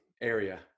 area